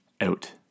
out